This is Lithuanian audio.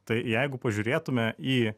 tai jeigu pažiūrėtume į